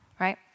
right